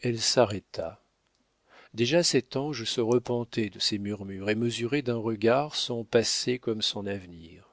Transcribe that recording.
elle s'arrêta déjà cet ange se repentait de ses murmures et mesurait d'un regard son passé comme son avenir